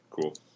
Cool